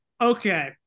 Okay